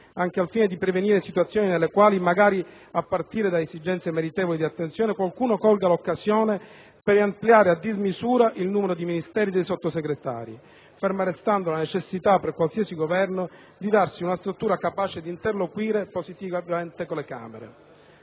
anche al fine di prevenire situazioni nelle quali, magari a partire da esigenze meritevoli di attenzione, qualcuno colga l'occasione per ampliare a dismisura il numero dei Ministeri o dei Sottosegretari, ferma restando la necessità per qualsiasi Governo di darsi una struttura capace di interloquire positivamente con le Camere.